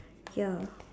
ya